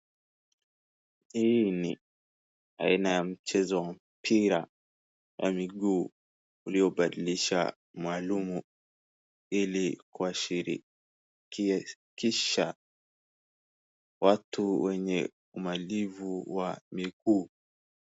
Hii ni aina ya mchezo pira ya miguu uliobadilisha maalum ili kuashirikisha watu wenye umalivu wa miguu.